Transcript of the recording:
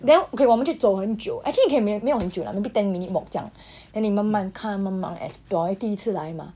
then okay 我们就走很久 actually okay 没没有很久啦 maybe ten minute walk 这样 then 你慢慢看慢慢 explore 你第一次来吗